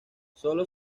sólo